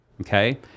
okay